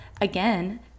again